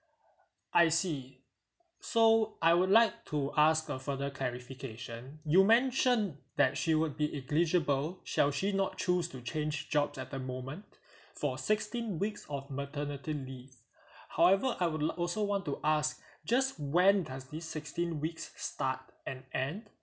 I see so I would like to ask uh further clarification you mention that she would be eligible shall she not choose to change job at the moment for sixteen weeks of maternity leave however I would li~ also want to ask just when does this sixteen weeks start and end